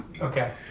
Okay